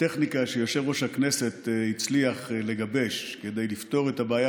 הטכניקה שיושב-ראש הכנסת הצליח לגבש כדי לפתור את הבעיה